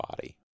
body